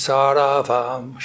Saravam